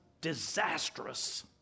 disastrous